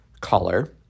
color